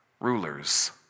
Rulers